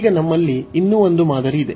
ಈಗನಮ್ಮಲ್ಲಿ ಇನ್ನೂ ಒಂದು ಮಾದರಿ ಇದೆ